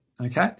okay